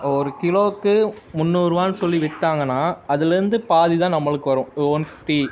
ஒரு கிலோவுக்கு முந்நூறுபான்னு சொல்லி விற்றாங்கன்னா அதுலேருந்து பாதி தான் நம்மளுக்கு வரும் ஒன் ஃபிஃப்ட்டி